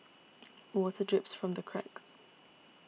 water drips from the cracks